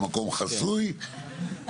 במקום חסוי,